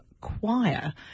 Choir